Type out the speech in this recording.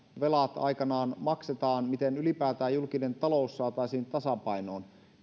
velat aikanaan maksetaan miten ylipäätään julkinen talous saataisiin tasapainoon